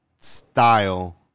style